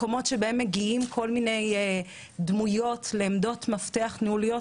מקומות שמגיעים אליהם כל מיני דמויות לעמדות מפתח ניהוליות,